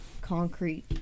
concrete